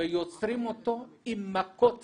ועוצרים אותו עם מכות